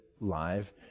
live